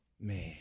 Man